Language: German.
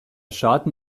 schaden